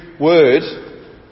word